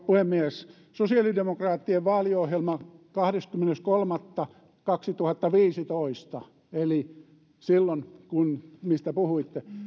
puhemies sosiaalidemokraattien vaaliohjelma kahdeskymmenes kolmatta kaksituhattaviisitoista eli silloin mistä puhuitte